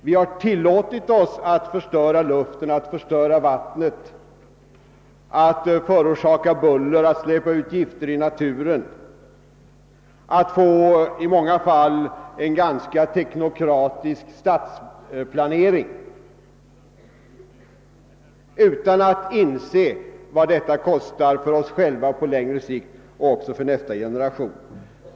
Vi har tillåtit oss att förstöra luften, att förstöra vattnet, att förorsaka buller och att släppa ut gifter i naturen och vi har genomfört en i många fall ganska teknokratisk stadsplanering utan att inse vad detta kostar oss själva på längre sikt och också nästa generation.